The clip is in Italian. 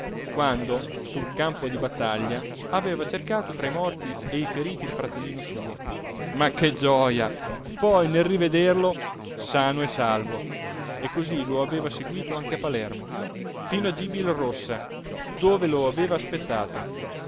quando sul campo di battaglia aveva cercato tra i morti e i feriti il fratellino suo ma che gioja poi nel rivederlo sano e salvo e cosí lo aveva seguito anche a palermo fino a gibilrossa dove lo aveva aspettato